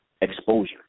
exposure